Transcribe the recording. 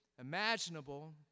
imaginable